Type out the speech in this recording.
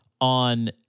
on